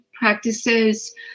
practices